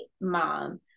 mom